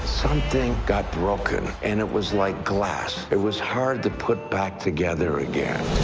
something got broken, and it was like glass. it was hard to put back together again.